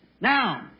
Now